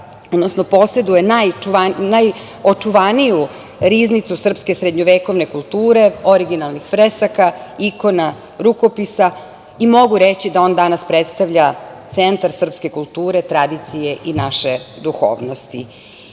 odnosno poseduje najočuvaniju riznicu srpske srednjovekovne kulture, originalnih fresaka, ikona, rukopisa i mogu reći da on danas predstavlja centar srpske kulture, tradicije i naše duhovnosti. Zato